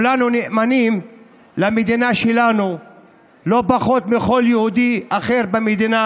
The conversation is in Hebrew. וכולנו נאמנים למדינה שלנו לא פחות מכל יהודי אחר במדינה,